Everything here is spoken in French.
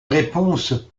réponse